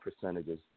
percentages